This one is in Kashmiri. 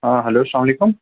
آ ہیٚلو اسلام علیکُم